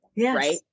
Right